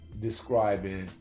describing